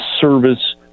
service